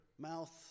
Mouth